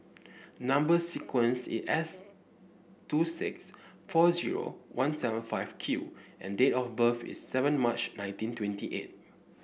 number sequence is S two six four zero one seven five Q and date of birth is seven March nineteen twenty eight